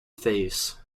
face